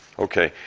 ok.